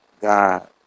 God